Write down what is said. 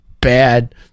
bad